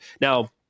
Now